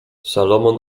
salomon